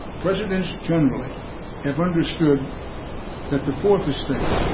presidents generally have understood that the fourth estate